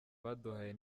baduhaye